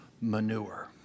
manure